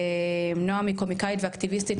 נועם היא קומיקאית ואקטיביסטית,